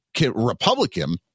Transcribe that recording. Republican